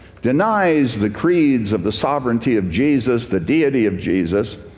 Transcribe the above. denies the creeds of the sovereignty of jesus, the deity of jesus.